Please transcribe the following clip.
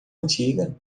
antiga